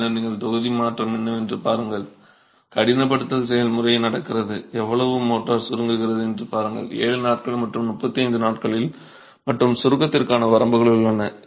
பின்னர் நீங்கள் தொகுதி மாற்றம் என்னவென்று பாருங்கள் கடினப்படுத்துதல் செயல்முறை நடக்கிறது எவ்வளவு மோர்டார் சுருங்குகிறது என்று பாருங்கள் 7 நாட்கள் மற்றும் 35 நாட்களில் மற்றும் சுருக்கத்திற்கான வரம்புகள் உள்ளன